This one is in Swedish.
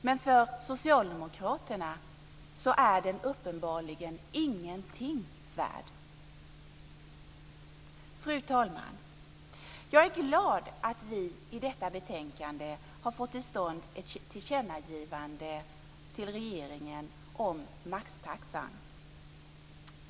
Men för socialdemokraterna är den uppenbarligen ingenting värd. Fru talman! Jag är glad att vi i detta betänkande har fått till stånd ett tillkännagivande till regeringen om maxtaxan.